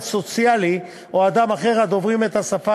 סוציאלי או אדם אחר הדובר את השפה,